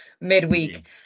midweek